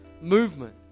movement